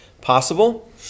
possible